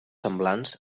semblants